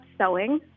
sewing